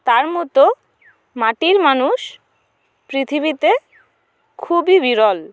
তার মতো মাটির মানুষ পৃথিবীতে খুবই বিরল